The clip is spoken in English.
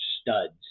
studs